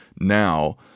now